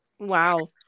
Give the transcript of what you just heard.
Wow